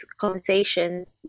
conversations